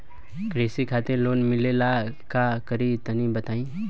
कृषि खातिर लोन मिले ला का करि तनि बताई?